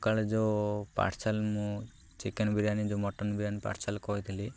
ସକାଳେ ଯେଉଁ ପାର୍ସଲ୍ ମୁଁ ଚିକେନ୍ ବିରିୟାନୀ ଯେଉଁ ମଟନ୍ ବିରିୟାନୀ ପାର୍ସଲ୍ କହିଥିଲି